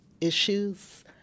issues